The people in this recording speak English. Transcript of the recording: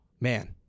Man